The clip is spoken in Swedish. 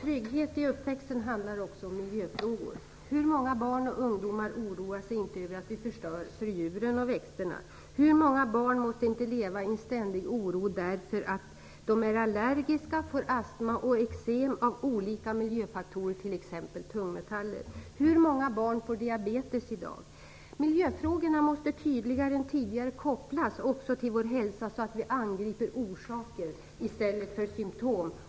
Trygghet i uppväxten handlar också om miljöfrågor. Hur många barn och ungdomar oroar sig inte över att vi förstör för djuren och växterna? Hur många barn måste inte leva i en ständig oro därför att de är allergiska och får astma och eksem av olika miljöfaktorer, t.ex. tungmetaller? Hur många barn får diabetes i dag? Miljöfrågorna måste tydligare än tidigare kopplas också till vår hälsa så att vi angriper orsaker i stället för symtom.